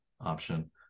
option